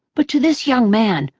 but to this young man,